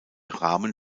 rahmen